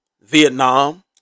Vietnam